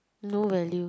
no value